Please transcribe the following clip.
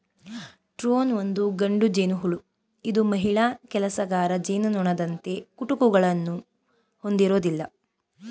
drone ಒಂದು ಗಂಡು ಜೇನುಹುಳು ಇದು ಮಹಿಳಾ ಕೆಲಸಗಾರ ಜೇನುನೊಣದಂತೆ ಕುಟುಕುಗಳನ್ನು ಹೊಂದಿರೋದಿಲ್ಲ